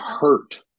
Hurt